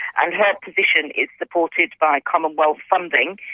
and her position is supported by commonwealth funding.